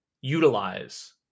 utilize